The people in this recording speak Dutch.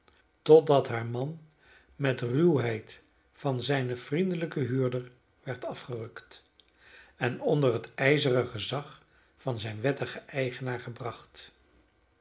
totdat haar man met ruwheid van zijnen vriendelijken huurder werd afgerukt en onder het ijzeren gezag van zijn wettigen eigenaar gebracht